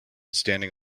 standing